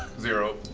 zero.